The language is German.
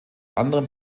anderen